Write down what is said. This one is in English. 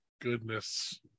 Goodness